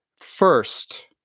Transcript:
first